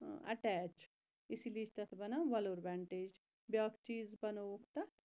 attach اِسی لیے چھ تتھ وَنان ووٚلُر ونٹیج بیاکھ چیٖز بَنووُکھ تتھ